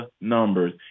numbers